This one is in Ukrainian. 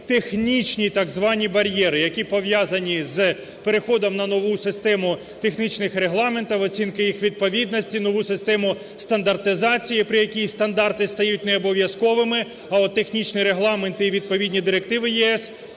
технічні так звані бар'єри, які пов'язані з переходом на нову систему технічних регламентів, оцінки їх відповідності, нову систему стандартизації, при якій стандарти стають необов'язковими, а от технічні регламенти і відповідні директиви ЄС